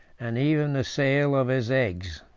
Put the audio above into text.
and even the sale of his eggs.